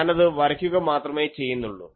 ഞാനത് വരയ്ക്കുക മാത്രമേ ചെയ്യുന്നുള്ളൂ